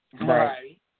Right